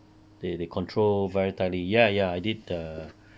they they control very tightly ya ya I did err